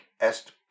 Est